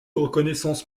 reconnaissance